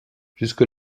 jusque